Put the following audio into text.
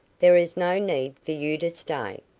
there is no need for you to stay.